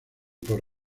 por